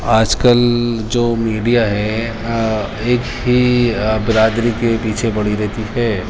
آج کل جو میڈیا ہے ایک ہی برادری کے پیچھے پڑی رہتی ہے